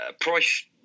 Price